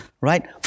right